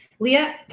Leah